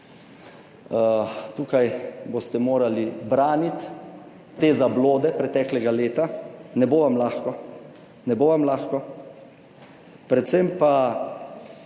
tukaj boste morali braniti te zablode preteklega leta. Ne bo vam lahko, ne bo